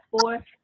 four